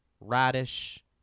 Radish